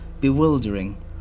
bewildering